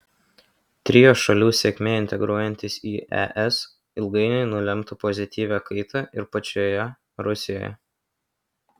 trio šalių sėkmė integruojantis į es ilgainiui nulemtų pozityvią kaitą ir pačioje rusijoje